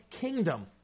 kingdom